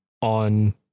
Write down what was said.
on